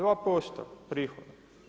2% prihoda.